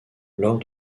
lors